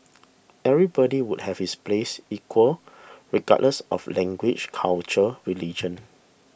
everybody would have his place equal regardless of language culture religion